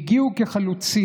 הם הגיעו כחלוצים,